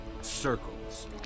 circles